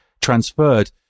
transferred